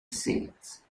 seeds